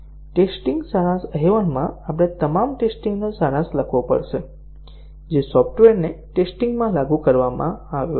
testing સારાંશ અહેવાલમાં આપણે તમામ ટેસ્ટીંગ નો સારાંશ લખવો પડશે જે સોફ્ટવેરને ટેસ્ટીંગ માં લાગુ કરવામાં આવ્યો છે